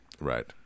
Right